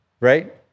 right